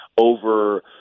over